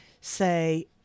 say